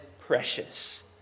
precious